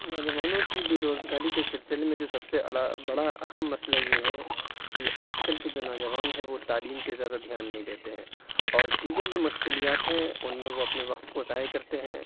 نوجوانوں کی بے روزگاری کے سلسلے میں جو سب سے بڑا اہم مسئلہ یہ ہے کہ آج کل کے جو نوجوان ہیں وہ تعلیم پہ زیادہ دھیان نہیں دیتے ہیں اور دیگر جو مشغولیات ہیں اُن میں وہ اپنے وقت کو ضائع کرتے ہیں